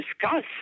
discuss